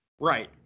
Right